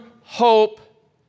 hope